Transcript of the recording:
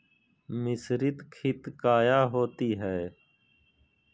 मिसरीत खित काया होती है?